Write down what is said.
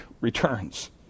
returns